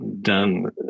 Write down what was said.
done